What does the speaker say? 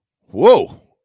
Whoa